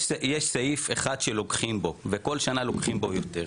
יש סעיף אחד שלוקחים בו וכל שנה לוקחים בו יותר,